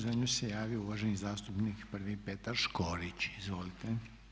Za nju se javio uvaženi zastupnik prvi Petar Škorić, izvolite.